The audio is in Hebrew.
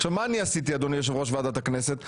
עכשיו, מה אני עשיתי, אדוני יושב-ראש ועדת הכנסת?